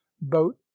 boat